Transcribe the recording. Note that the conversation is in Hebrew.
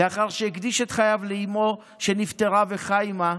לאחר שהקדיש את חייו לאימו שנפטרה וחי עימה,